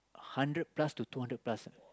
hundred plus to two hundred plus